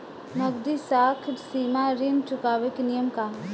नगदी साख सीमा ऋण चुकावे के नियम का ह?